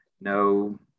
no